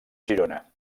girona